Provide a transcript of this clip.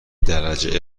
درجه